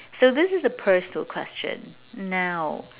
so this is a personal question now